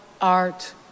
art